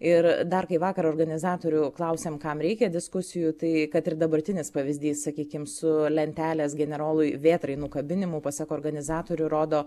ir dar kai vakar organizatorių klausėm kam reikia diskusijų tai kad ir dabartinis pavyzdys sakykim su lentelės generolui vėtrai nukabinimu pasak organizatorių rodo